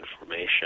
information